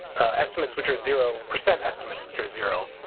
estimates which are zero percent estimates which are zero.